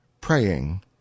praying